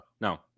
no